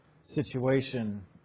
situation